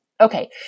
Okay